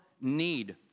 need